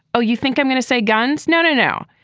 oh, you think i'm going to say guns? no, no, no.